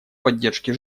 поддержки